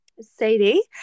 Sadie